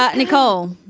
but nicole.